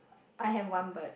I have one bird